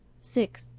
six.